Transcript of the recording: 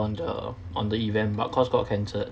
on the on the event but cause got cancelled